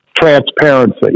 transparency